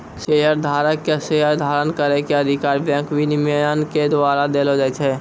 शेयरधारक के शेयर धारण करै के अधिकार बैंक विनियमन के द्वारा देलो जाय छै